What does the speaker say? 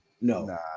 No